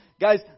Guys